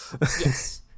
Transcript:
Yes